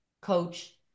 coach